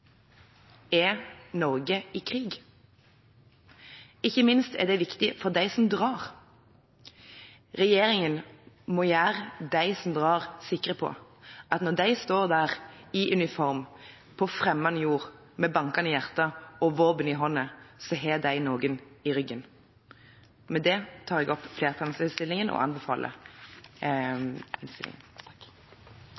Er Norge i krig? Ikke minst er det viktig for de som drar. Regjeringen må gjøre de som drar, sikre på at når de står der i uniform, på fremmed jord, med bankende hjerte og våpen i hånden, så har de noen i ryggen. Med det anbefaler jeg flertallsinnstillingen. Foregående taler valgte å sitere Gunnar Garbo, tidligere stortingsrepresentant og